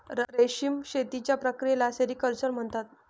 रेशीम शेतीच्या प्रक्रियेला सेरिक्चर म्हणतात